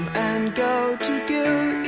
and go